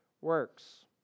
works